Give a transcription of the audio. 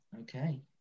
Okay